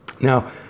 Now